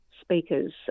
speakers